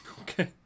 okay